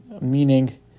meaning